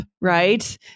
right